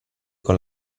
con